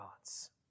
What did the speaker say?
gods